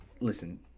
listen